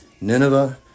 Nineveh